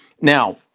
Now